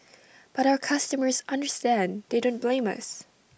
but our customers understand they don't blame us